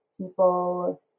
people